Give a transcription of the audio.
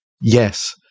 yes